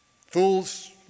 fools